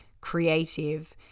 creative